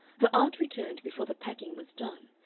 her aunt returned before the packing was done,